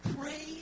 Pray